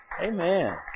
Amen